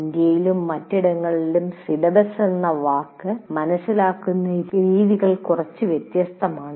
ഇന്ത്യയിലും മറ്റിടങ്ങളിലും "സിലബസ്" എന്ന വാക്ക് മനസ്സിലാക്കുന്ന രീതികൾ കുറച്ച് വ്യത്യസ്തമാണ്